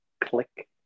click